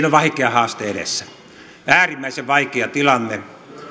on vaikea haaste edessä äärimmäisen vaikea tilanne